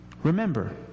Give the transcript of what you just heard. Remember